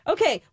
Okay